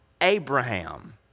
Abraham